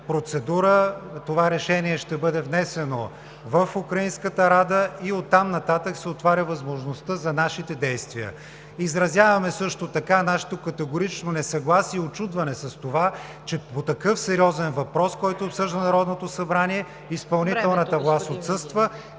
това решение ще бъде внесено в украинската Рада и оттам нататък се отваря възможността за нашите действия. Изразяваме също така нашето категорично несъгласие и учудване с това, че по такъв сериозен въпрос, който обсъжда Народното събрание, изпълнителната…